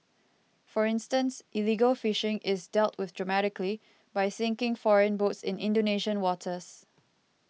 for instance illegal fishing is dealt with dramatically by sinking foreign boats in Indonesian waters